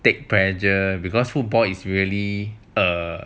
take pressure because football is really err